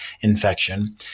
infection